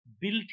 built